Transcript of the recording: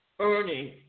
earning